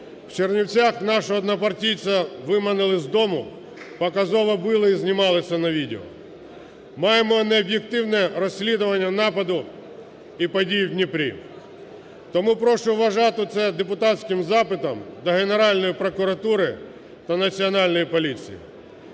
в Чернівцях нашого однопартійця виманили з дому, показово били і знімали це на відео. Маємо необ'єктивне розслідування нападу і подій в Дніпрі. Тому прошу вважати це депутатським запитом до Генеральної прокуратури та Національної поліції.